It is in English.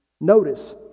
notice